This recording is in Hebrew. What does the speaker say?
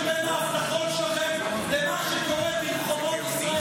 מה הקשר בין ההבטחות שלכם למה שקורה ברחובות ישראל?